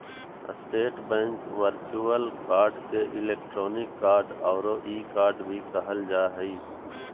state bank virtual card के electronic card औरो e card भी कहल जा हइ